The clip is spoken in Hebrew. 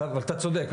אתה צודק,